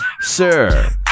sir